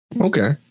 Okay